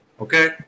Okay